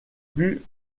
plus